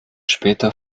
später